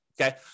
okay